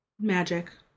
magic